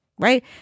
Right